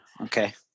okay